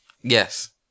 Yes